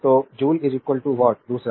तो joule watt दूसरा